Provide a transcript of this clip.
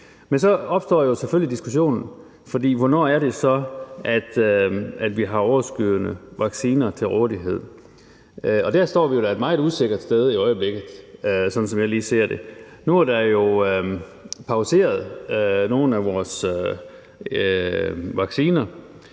men så opstår diskussionen selvfølgelig, fordi hvornår er det så, at vi har overskydende vacciner til rådighed? Der står vi i øjeblikket et meget usikkert sted, sådan som jeg lige ser det. Nu er nogle af vores vacciner